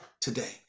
today